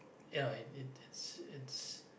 ya it it it's it's